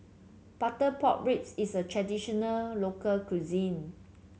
Butter Pork Ribs is a traditional local cuisine